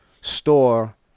store